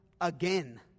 again